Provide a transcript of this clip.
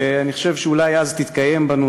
שאני חושב שאולי אז תתקיים בנו,